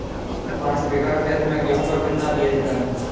पाँच बीघा खेत में गेहूँ का कितना बीज डालें?